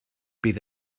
bydd